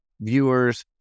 viewers